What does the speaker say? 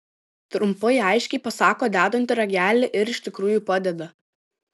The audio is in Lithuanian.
trumpai aiškiai pasako dedanti ragelį ir iš tikrųjų padeda